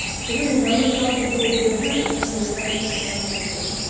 so who you know yourself to be is different than who your friends and family see.